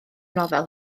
nofel